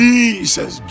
Jesus